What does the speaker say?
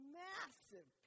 massive